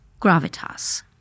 gravitas